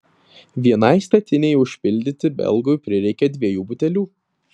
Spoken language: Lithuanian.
vienai statinei užpildyti belgui prireikė dviejų butelių